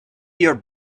your